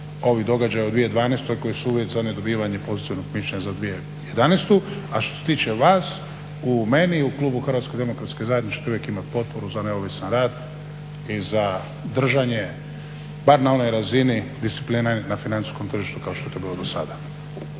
ovih događaja u 2012. koji su uvjetovani za dobivanje pozitivnog mišljenja za 2011. A što se tiče vas, u meni, u klubu HDZ-a ćete uvijek imati potporu za neovisan rad i za držanje bar na onoj razini discipline na financijskom tržištu kao što je to bilo dosada.